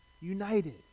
united